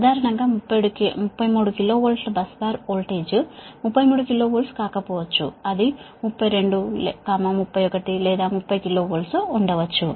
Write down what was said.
సాధారణంగా 33 KV bus bar voltage 33 KV కాకపోవచ్చు అది 32 31 లేదా 30 KV ఉండవచ్చు